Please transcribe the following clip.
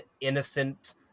innocent